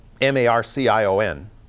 M-A-R-C-I-O-N